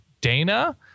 Dana